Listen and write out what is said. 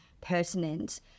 pertinent